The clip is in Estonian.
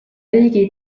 riigi